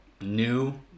new